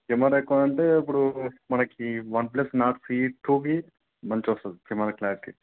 camera ఎక్కువ అంటే ఇప్పుడు మనకి వన్ ప్లస్ నార్డ్ సిఈ టూకి మంచిగొస్తుంది కెమెరా క్లారిటీ